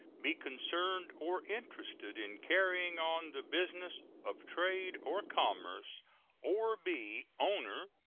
be concerned or interested in carrying on the business of trade or commerce or be owner,